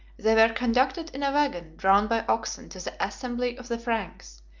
they were conducted in a wagon drawn by oxen to the assembly of the franks,